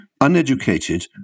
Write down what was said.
uneducated